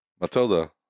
Matilda